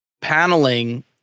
paneling